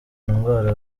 indwara